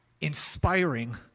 inspiring